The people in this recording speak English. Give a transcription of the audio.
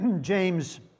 James